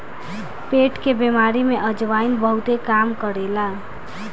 पेट के बेमारी में अजवाईन बहुते काम करेला